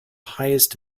highest